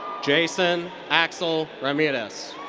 jason axel ramirez.